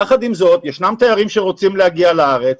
יחד עם זאת, ישנם תיירים שרוצים להגיע לארץ,